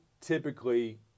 typically